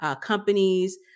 companies